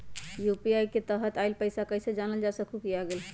UPI के तहत आइल पैसा कईसे जानल जा सकहु की आ गेल?